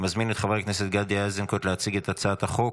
אני מזמין את חבר הכנסת גדי איזנקוט להציג את הצעת החוק,